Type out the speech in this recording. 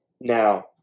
now